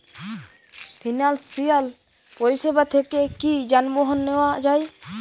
Financial পরিসেবা থেকে কি যানবাহন নেওয়া যায়?